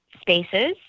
spaces